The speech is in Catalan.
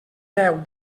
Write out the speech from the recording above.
deu